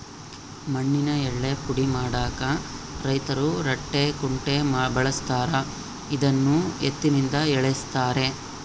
ಮಣ್ಣಿನ ಯಳ್ಳೇ ಪುಡಿ ಮಾಡಾಕ ರೈತರು ರಂಟೆ ಕುಂಟೆ ಬಳಸ್ತಾರ ಇದನ್ನು ಎತ್ತಿನಿಂದ ಎಳೆಸ್ತಾರೆ